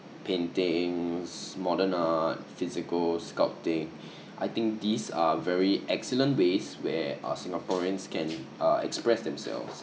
paintings modern art physical sculpting i think these are very excellent ways where uh singaporeans can uh express themselves